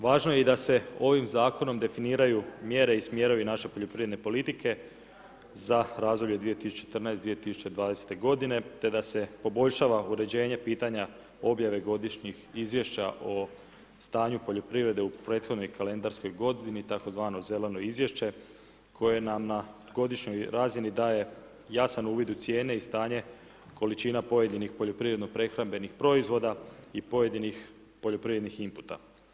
Važno je i da se ovim zakonom definiraju mjere i smjerovi naše poljoprivrede politike za razdoblje 2014.-2020. g. te da se poboljšava uređenje pitanja objave godišnjih izvješća o stanju poljoprivrede u prethodnoj kalendarskoj g. tzv. zeleno izvješće koje nam na godišnjoj razini daje jasan uvid u cijene i stanje količina pojedinih poljoprivredno prehrambenih proizvoda i pojedinih poljoprivrednih imputa.